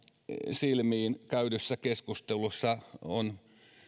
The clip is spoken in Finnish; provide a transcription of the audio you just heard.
silmiin käydyssä keskustelussa on